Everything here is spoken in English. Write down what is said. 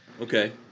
okay